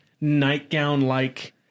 nightgown-like